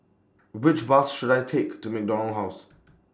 Which Bus should I Take to MacDonald House